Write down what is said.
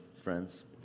friends